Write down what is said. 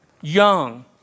young